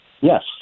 Yes